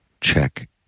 Check